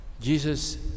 Jesus